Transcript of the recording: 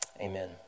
Amen